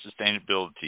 sustainability